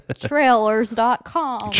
Trailers.com